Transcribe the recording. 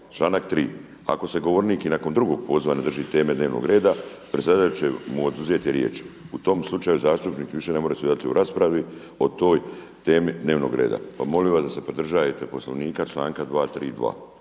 Članak 3. „Ako se govornik i nakon drugog poziva ne drži teme dnevnog reda predsjedavatelj će mu oduzeti riječ. U tom slučaju zastupnik više ne može sudjelovati u raspravi o toj temi dnevnog reda.“. Pa molim vas da se pridržavate Poslovnika članak 232.